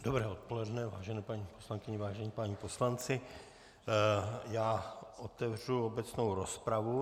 Dobré odpoledne, vážení paní poslankyně, vážení páni poslanci, já otevřu obecnou rozpravu.